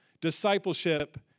Discipleship